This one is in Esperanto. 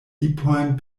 lipojn